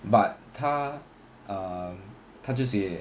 but 他 um 他就写